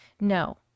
No